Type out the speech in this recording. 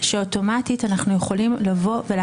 אני יכולה